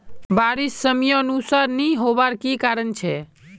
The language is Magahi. बारिश समयानुसार नी होबार की कारण छे?